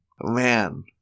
Man